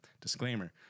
disclaimer